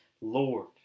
Lord